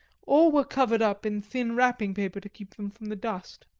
all were covered up in thin wrapping paper to keep them from the dust.